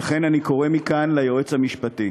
לכן אני קורא מכאן ליועץ המשפטי: